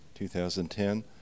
2010